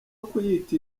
kuyita